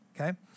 okay